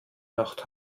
nacht